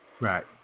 Right